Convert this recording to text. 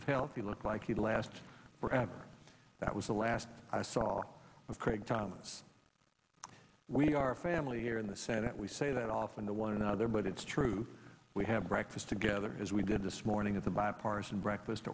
of health he looked like he'd last forever that was the last i saw of craig thomas we are family here in the senate we say that often to one another but it's true we have breakfast together as we did this morning at the bipartisan breakfast